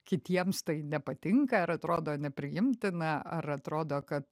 kitiems tai nepatinka ar atrodo nepriimtina ar atrodo kad